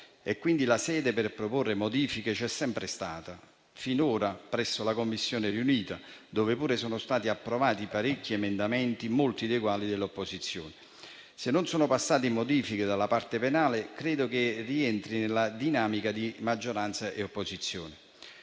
La sede per proporre modifiche c'è quindi sempre stata; finora presso le Commissioni riunite, dove sono stati approvati parecchi emendamenti, molti dei quali dell'opposizione. Se non sono passate modifiche dalla parte penale, credo che ciò rientri nella dinamica tra maggioranza e opposizione.